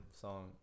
song